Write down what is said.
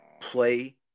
play